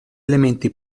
elementi